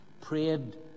prayed